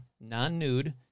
non-nude